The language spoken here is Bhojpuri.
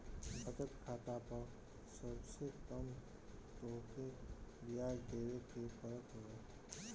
बचत खाता पअ सबसे कम तोहके बियाज देवे के पड़त हवे